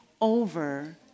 over